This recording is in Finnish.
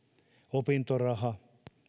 opintorahaa